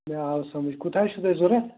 مےٚ آو سَمٕجھ کوٗتاہ حظ چھُو تۄہہِ ضروٗرت